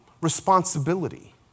responsibility